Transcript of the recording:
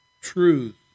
truth